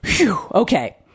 okay